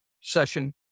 session